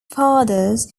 fathers